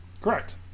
Correct